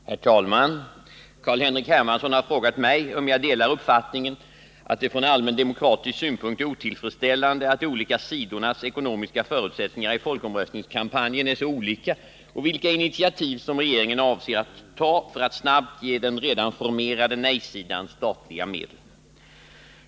Herr talman! Carl-Henrik Hermansson har frågat mig om jag delar uppfattningen att det från allmän demokratisk synpunkt är otillfredsställande att de olika sidornas ekonomiska förutsättningar i folkomröstningskampanjen är så olika och vilka initiativ som regeringen avser att ta för att snabbt ge den redan formerade nej-sidan statliga medel.